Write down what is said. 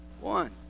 One